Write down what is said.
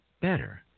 better